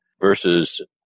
versus